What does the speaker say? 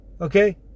okay